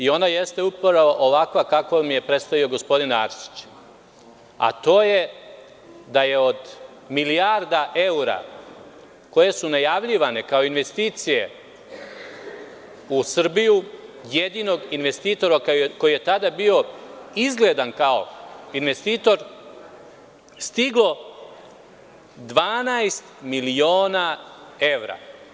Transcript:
Ona jeste upravo ovakva kavom je predstavio gospodin Arsić, a to je da je od milijardu evra koje su najavljivane kao investicije u Srbiju jedinog investitora koji je tada bio izgledan kao investitor, stiglo 12 miliona evra.